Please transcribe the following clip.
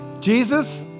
Jesus